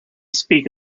speak